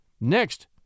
Next